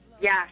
Yes